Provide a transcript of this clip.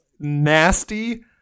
Nasty